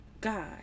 God